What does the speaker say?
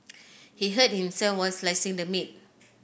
he hurt himself while slicing the meat